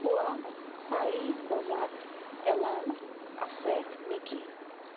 পুৱা চাৰি বজাত এলাৰ্ম আছে নেকি